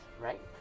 right